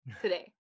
today